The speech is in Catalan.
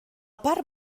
part